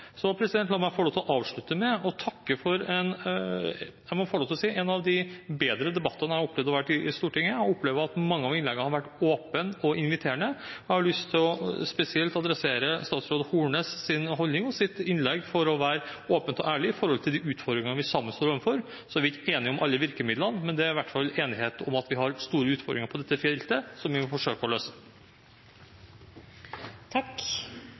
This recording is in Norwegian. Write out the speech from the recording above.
Så må jeg få lov til å avslutte med å takke for en av de bedre debattene jeg har opplevd å være med på i Stortinget. Jeg opplever at mange av innleggene har vært åpne og inviterende, og jeg har lyst til spesielt å adressere til statsråd Horne at hennes holdning i hennes innlegg var åpen og ærlig med hensyn til de utfordringene vi sammen står overfor. Vi er ikke enig i alle virkemidlene, men det er i hvert fall enighet om at vi har store utfordringer på dette feltet, som vi vil forsøke å løse.